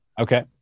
Okay